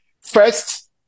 First